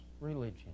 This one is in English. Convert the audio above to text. religion